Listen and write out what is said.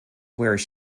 where